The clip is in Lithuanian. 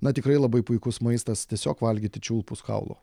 na tikrai labai puikus maistas tiesiog valgyti čiulpus kaulų